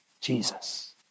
Jesus